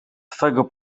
twego